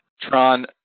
Tron